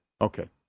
Okay